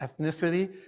ethnicity